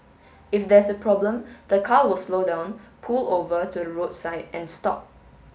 if there's a problem the car will slow down pull over to the roadside and stop